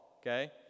Okay